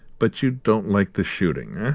but you don't like the shooting, ah?